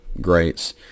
greats